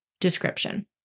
description